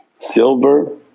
Silver